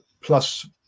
plus